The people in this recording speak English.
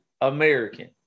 American